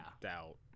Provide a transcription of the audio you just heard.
doubt